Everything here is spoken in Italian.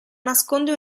nasconde